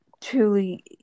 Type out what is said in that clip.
truly